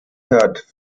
hört